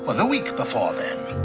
but the week before, then.